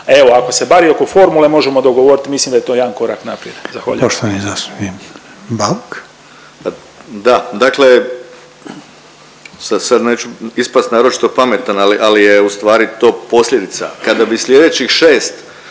Evo ako se bar i oko formule možemo dogovoriti mislim da je to jedan korak naprijed. Zahvaljujem. **Reiner, Željko (HDZ)** Poštovani zastupnik Bauk. **Bauk, Arsen (SDP)** Da, dakle sad neću ispast naročito pametan, ali je u stvari to posljedica. Kada bi sljedećih 6